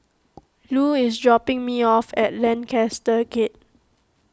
Lu is dropping me off at Lancaster Gate